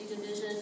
Division